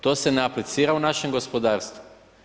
To se ne aplicira u našem gospodarstvu.